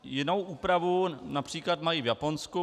Jinou úpravu například mají v Japonsku.